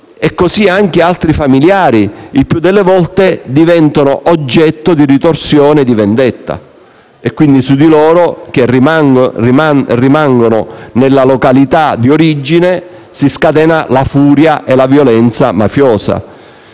vale anche per altri familiari che, il più delle volte, diventano oggetto di ritorsione e di vendetta, per cui è su costoro, che rimangono nella località di origine, che si scatenano la furia e la violenza mafiosa